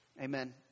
Amen